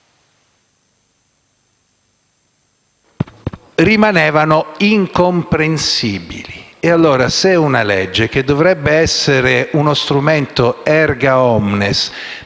rimanevano incomprensibili. Se una legge, che dovrebbe essere uno strumento *erga omnes*